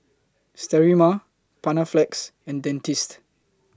Sterimar Panaflex and Dentiste